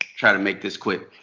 trying to make this quick.